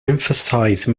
emphasize